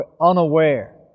unaware